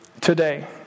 today